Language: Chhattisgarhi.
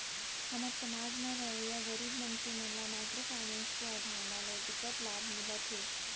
हमर समाज म रहवइया गरीब मनसे मन ल माइक्रो फाइनेंस के अवधारना ले बिकट लाभ मिलत हे